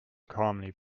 calmly